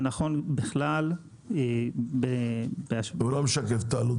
זה נכון בכלל --- הוא לא משקף את העלות,